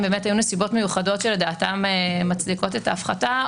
אם יהיו נסיבות מיוחדות שלדעתן מצדיקות את ההפחתה,